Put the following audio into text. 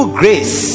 grace